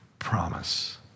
promise